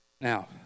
Now